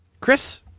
Chris